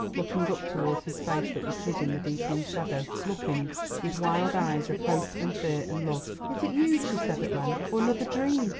looking up towards his face that was hid in the deepening shadow looking with wild eyes of hope and fear and love. is it you, she said at length, or another dream?